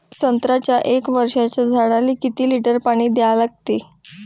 संत्र्याच्या एक वर्षाच्या झाडाले किती लिटर पाणी द्या लागते?